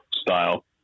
style